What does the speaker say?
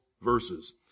verses